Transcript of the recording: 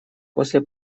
после